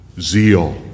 zeal